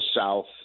south